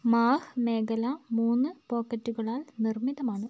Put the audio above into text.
മാഹ് മേഖല മൂന്ന് പോക്കറ്റുകളാൽ നിർമ്മിതമാണ്